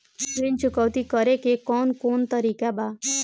ऋण चुकौती करेके कौन कोन तरीका बा?